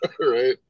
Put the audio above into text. Right